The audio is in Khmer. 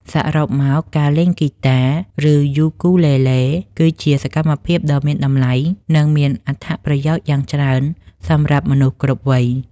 សរុបមក ការរៀនលេងហ្គីតា ឬ យូគូលេលេ គឺជាសកម្មភាពដ៏មានតម្លៃ និងមានអត្ថប្រយោជន៍យ៉ាងច្រើនសម្រាប់មនុស្សគ្រប់វ័យ។